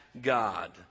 God